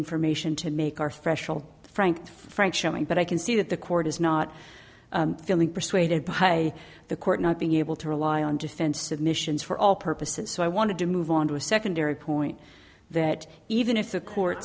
information to make our special frank frank show me but i can see that the court is not feeling persuaded by the court not being able to rely on defense submissions for all purposes so i wanted to move on to a secondary point that even if the court